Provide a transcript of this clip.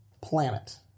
planet